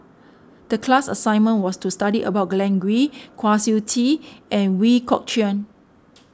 the class assignment was to study about Glen Goei Kwa Siew Tee and Ooi Kok Chuen